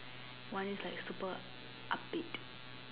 one is like super upbeat